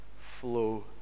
flow